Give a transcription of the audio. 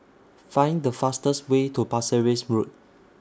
Find The fastest Way to Pasir Ris Road